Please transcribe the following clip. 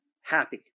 happy